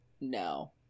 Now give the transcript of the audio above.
No